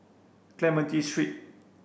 Clementi Street